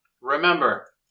remember